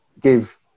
give